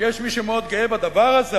ויש מי שמאוד גאה בדבר הזה,